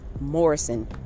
morrison